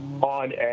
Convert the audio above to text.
on